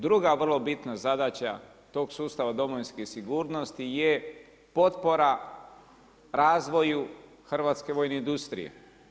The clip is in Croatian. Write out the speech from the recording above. Druga vrlo bitna zadaća tog sustava domovinske sigurnosti je potpora razvoju hrvatske vojne industrije.